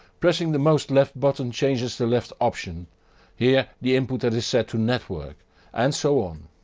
pressing the most left button changes the left option here the input that is set to network and so on.